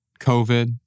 COVID